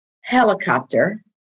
helicopter